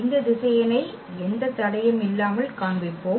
இந்த திசையனை எந்த தடையும் இல்லாமல் காண்பிப்போம்